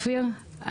אופיר,